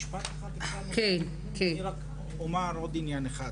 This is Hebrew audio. תרשי לי רק לומר עוד עניין אחד.